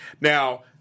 now